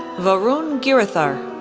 varun giridhar,